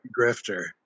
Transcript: grifter